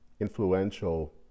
influential